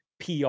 PR